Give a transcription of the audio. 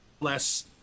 less